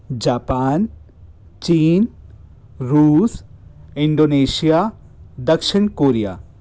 Japan चीन रूस Indonesia दक्षिण कोरिया